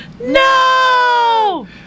No